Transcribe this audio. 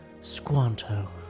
Squanto